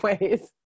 ways